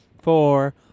four